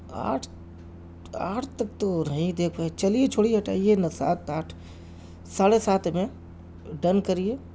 آٹھ آٹھ تک تو نہیں دے پائے چلئے چھوڑیئے ہٹایئے نہ سات آٹھ ساڑھے سات میں ڈن کریئے